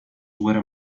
where